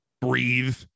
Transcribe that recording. breathe